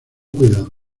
cuidado